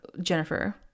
Jennifer